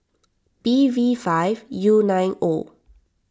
B V five U nine O